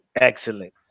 Excellent